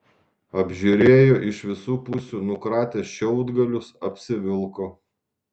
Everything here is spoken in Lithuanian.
apžiūrėjo iš visų pusių nukratė šiaudgalius apsivilko